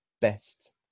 best